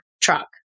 truck